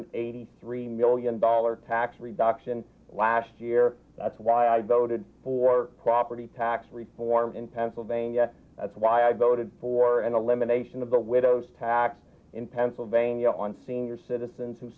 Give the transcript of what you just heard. eighty three million dollars tax reduction last year that's why i voted for property tax reform in pennsylvania that's why i voted for an elimination of the widow's tax in pennsylvania on senior citizens who